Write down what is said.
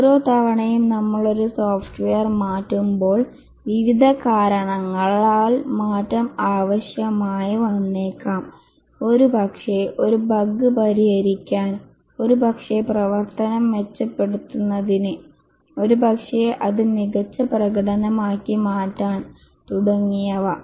ഓരോ തവണയും നമ്മൾ ഒരു സോഫ്റ്റ്വെയർ മാറ്റുമ്പോൾ വിവിധ കാരണങ്ങളാൽ മാറ്റം ആവശ്യമായി വന്നേക്കാം ഒരുപക്ഷേ ഒരു ബഗ് പരിഹരിക്കാൻ ഒരുപക്ഷേ പ്രവർത്തനം മെച്ചപ്പെടുത്തുന്നതിന് ഒരുപക്ഷേ അത് മികച്ച പ്രകടനമാക്കി മാറ്റാൻ തുടങ്ങിയവ